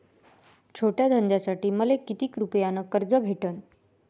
छोट्या धंद्यासाठी मले कितीक रुपयानं कर्ज भेटन?